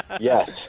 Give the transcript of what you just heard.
Yes